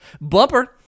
Bumper